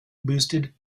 boosted